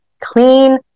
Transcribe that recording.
clean